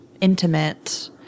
intimate